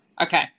Okay